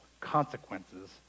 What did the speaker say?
consequences